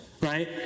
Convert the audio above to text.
Right